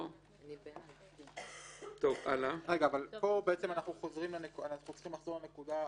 פה אנחנו צריכים לחזור לנקודה הקודמת.